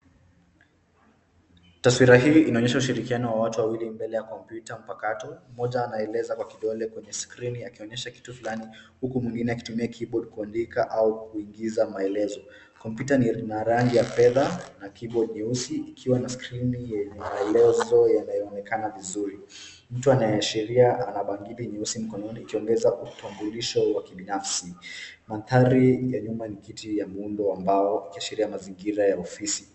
Taswira hii inaonyesha ushirikiano wa watu wawili mbele ya kompyuta mpakato. Mmoja anaeleza kwa kidole kwenye skrini akionyesha kitu fulani, huku mwingine akitumia kibodi kuandika au kuingiza maelezo. Kompyuta lina rangi ya fedha na kibodi ni nyeusi, ikiwa na skrini yenye maelezo yanayoneka vizuri. Mtu anayeashiria ana bangili nyeusi mkononi, akiongeza utambulisho wa kibinafsi. Mandhari ya nyuma ni kiti ya muundo wa mbao likiashiria mazingira ya ofisi.